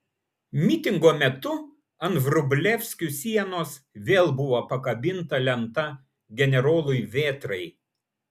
mitingo metu ant vrublevskių sienos vėl buvo pakabinta lenta generolui vėtrai